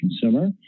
consumer